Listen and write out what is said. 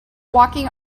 walking